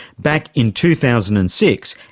back in two thousand and six,